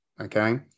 okay